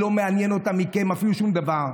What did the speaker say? לא מעניין אותה מכם שום דבר.